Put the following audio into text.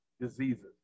diseases